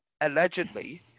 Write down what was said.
allegedly